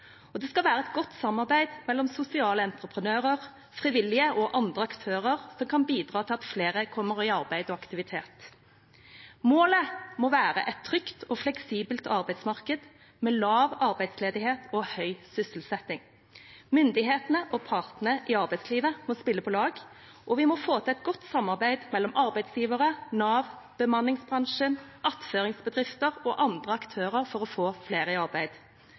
styrkes. Det skal være et godt samarbeid mellom sosiale entreprenører, frivillige og andre aktører som kan bidra til at flere kommer i arbeid og aktivitet. Målet må være et trygt og fleksibelt arbeidsmarked med lav arbeidsledighet og høy sysselsetting. Myndighetene og partene i arbeidslivet må spille på lag, og vi må få til et godt samarbeid mellom arbeidsgivere, Nav, bemanningsbransjen, attføringsbedrifter og andre aktører for å få flere i arbeid.